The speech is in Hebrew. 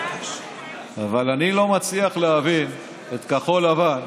אבל אני לא מצליח להבין את כחול לבן,